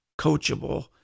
coachable